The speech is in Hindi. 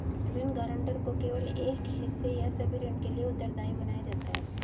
ऋण गारंटर को केवल एक हिस्से या सभी ऋण के लिए उत्तरदायी बनाया जाता है